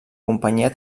companyia